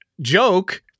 joke